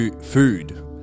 food